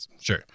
sure